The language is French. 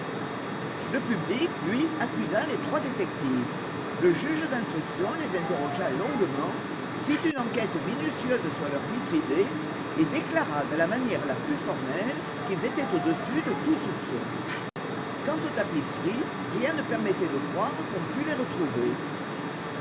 le public lui accusa les trois détectives le juge d'instruction les interrogea longuement fit une enquête minutieuse sur leur vie privée et déclara de la manière la plus formelle qu'ils étaient au-dessus de tout soupçon quant aux tapisseries rien ne permettait de croire qu'on pût les retrouver